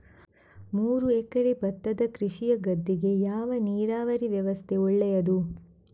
ಮೂರು ಎಕರೆ ಭತ್ತದ ಕೃಷಿಯ ಗದ್ದೆಗೆ ಯಾವ ನೀರಾವರಿ ವ್ಯವಸ್ಥೆ ಒಳ್ಳೆಯದು?